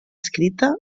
escrita